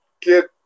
get